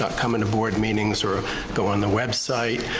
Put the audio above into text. not coming to board meetings or going on the website,